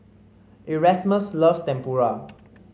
Erasmus loves Tempura